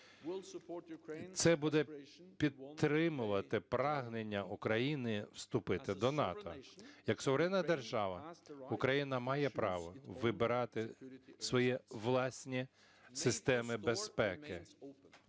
Це буде підтримувати прагнення України вступити до НАТО. Як суверенна держава Україна має право вибирати свої власні системи безпеки.